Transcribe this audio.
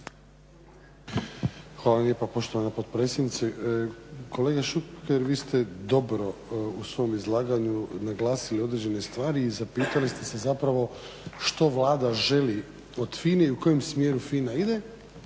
Hvala lijepa poštovana potpredsjednice. Kolega Šuker, vi ste dobro u svom izlaganju naglasili određene stvari i zapitali ste se zapravo što Vlada želi od FINA-e i u kojem smjeru FINA ide